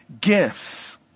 gifts